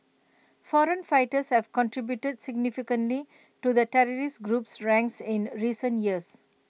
foreign fighters have contributed significantly to the terrorist group's ranks in recent years